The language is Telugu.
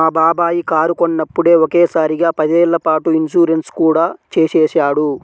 మా బాబాయి కారు కొన్నప్పుడే ఒకే సారిగా పదేళ్ళ పాటు ఇన్సూరెన్సు కూడా చేసేశాడు